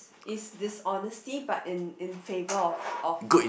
is dishonesty but in in favour of of